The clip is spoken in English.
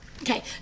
okay